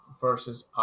versus